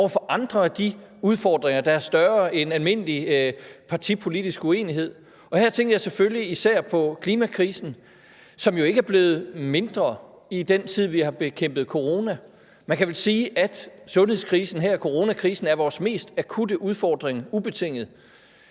over for andre af de udfordringer, der er større end almindelig partipolitisk uenighed. Her tænker jeg selvfølgelig især på klimakrisen, som jo ikke er blevet mindre i den tid, vi har bekæmpet corona. Man kan vel sige, at sundhedskrisen her, coronakrisen, ubetinget er vores mest akutte udfordring, men at